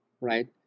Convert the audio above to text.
right